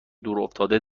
دورافتاده